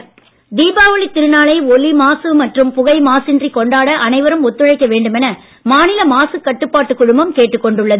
புதுச்சேரி பட்டாசு தீபாவளித் திருநாளை ஒலி மாசு மற்றும் புகை மாசின்றிக் கொண்டாட அனைவரும் ஒத்துழைக்க வேண்டும் என மாநில மாசுக் கட்டுபாட்டு குழுமம் கேட்டுக் கொண்டுள்ளது